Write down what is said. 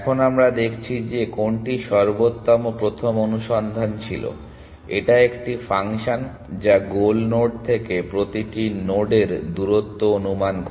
এখন আমরা দেখছি যে কোনটি সর্বোত্তম প্রথম অনুসন্ধান ছিল এটা একটি ফাংশন যা গোল নোড থেকে প্রতিটি নোডের দূরত্ব অনুমান করে